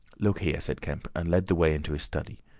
look here! said kemp, and led the way into his study.